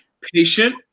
patient